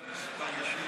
חבר הכנסת חיים